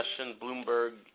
Bloomberg